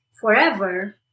forever